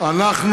רק רגע.